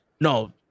no